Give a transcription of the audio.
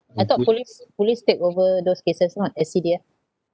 I thought police police take over those cases not S_C_D_F